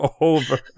over